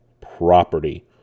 property